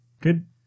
Good